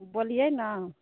बोलिऐ ने